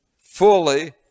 fully